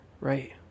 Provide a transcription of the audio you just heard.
right